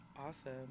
awesome